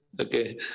Okay